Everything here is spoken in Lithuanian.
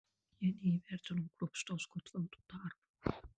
jie neįvertino kruopštaus gotvaldo darbo